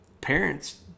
parents